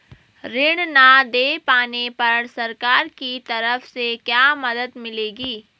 ऋण न दें पाने पर सरकार की तरफ से क्या मदद मिलेगी?